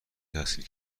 تحصیل